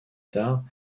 tard